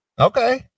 Okay